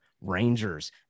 Rangers